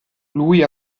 lui